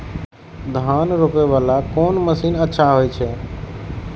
धान रोपे वाला कोन मशीन अच्छा होय छे?